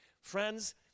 Friends